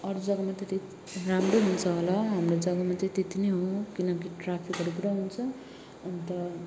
अरू जग्गामा त्यति राम्रो हुन्छ होला हाम्रो जग्गामा चाहिँ त्यति नै हो किनकि ट्राफिकहरू पुरा हुन्छ अन्त